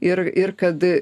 ir ir kad